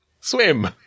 Swim